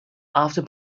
after